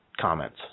comments